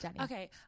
okay